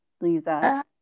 Lisa